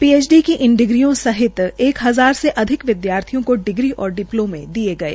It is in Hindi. पीएचडी की इन डिग्रियों समेत एक हजार से ज्यादा विद्यार्थियों को डिग्री और डिप्लोमें दिये गये